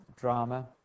drama